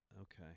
Okay